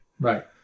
Right